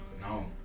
No